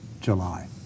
July